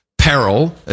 Peril